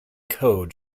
code